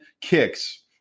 kicks